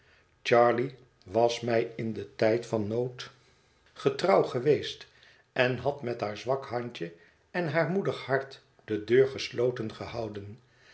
charley was mij in den tijd van nood getrouw geweest en had met haar zwak handje en haar moedig hart de deur gesloten gehouden